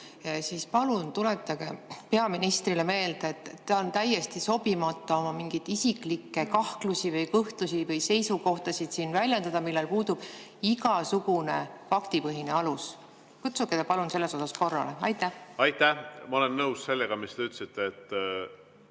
siis palun tuletage peaministrile meelde, et tal on täiesti sobimatu väljendada siin mingeid isiklikke kahtlusi või kõhklusi või seisukohti, millel puudub igasugune faktipõhine alus. Kutsuge teda palun selles osas korrale! Aitäh! Ma olen nõus sellega, mis te ütlesite, et